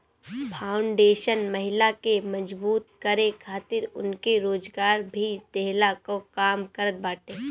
foundation महिला के मजबूत करे खातिर उनके रोजगार भी देहला कअ काम करत बाटे